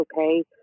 okay